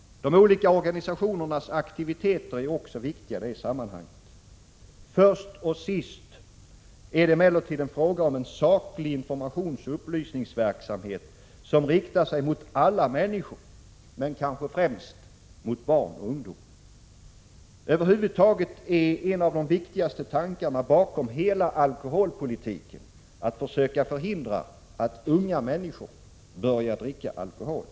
De olika organisationernas aktiviteter är också viktiga i det sammanhanget. Först och sist är det emellertid en fråga om en saklig informationsoch upplysningsverksamhet som riktar sig till alla människor men kanske främst till barn och ungdom. Över huvud taget är en av de viktigaste tankarna bakom hela alkoholpolitiken att försöka förhindra att unga människor börjar dricka alkohol.